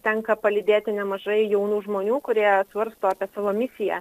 tenka palydėti nemažai jaunų žmonių kurie svarsto apie savo misiją